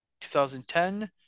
2010